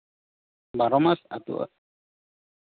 ᱵᱟᱨᱚ ᱢᱟᱥ ᱟᱹᱛᱩᱜᱼᱟ